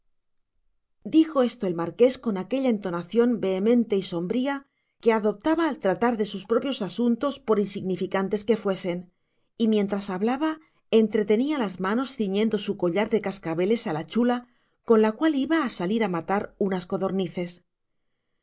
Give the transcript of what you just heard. dijo esto el marqués con aquella entonación vehemente y sombría que adoptaba al tratar de sus propios asuntos por insignificantes que fuesen y mientras hablaba entretenía las manos ciñendo su collar de cascabeles a la chula con la cual iba a salir a matar unas codornices